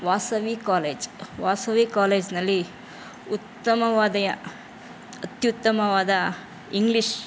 Vasavi college Vasavi ಕಾಲೇಜಿನಲ್ಲಿ ಉತ್ತಮವಾದ ಅತ್ಯುತ್ತಮವಾದ ಇಂಗ್ಲಿಷ್